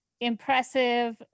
impressive